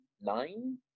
nine